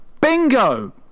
Bingo